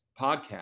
podcast